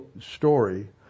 story